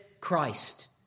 Christ